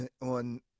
on